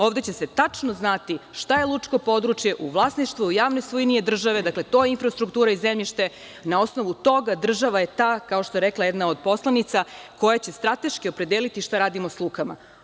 Ovde će se tačno znati šta je lučko područje u vlasništvu, u javnoj svojini je države, dakle, to je infrastruktura i zemljište, na osnovu toga država je ta, kao što je rekla jedna od poslanica, koja će strateški opredeliti šta radimo sa lukama.